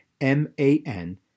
M-A-N